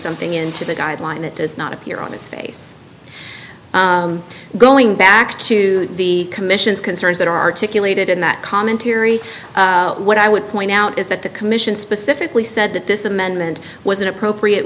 something into the guideline it does not appear on its face going back to the commission's concerns that are articulated in that commentary what i would point out is that the commission specifically said that this amendment was an appropriate